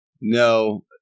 No